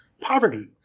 poverty